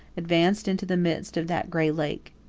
advanced into the midst of that great lake.